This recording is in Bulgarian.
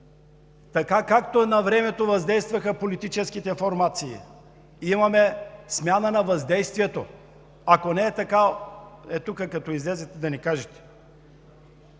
както навремето въздействаха политическите формации – имаме смяна на въздействието. (Реплики.) Ако не е така, като излезете, да ни кажете.